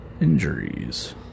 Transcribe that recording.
Injuries